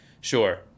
sure